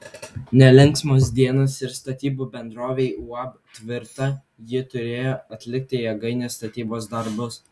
nelinksmos dienos ir statybų bendrovei uab tvirta ji turėjo atlikti jėgainės statybos darbus